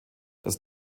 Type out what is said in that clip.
das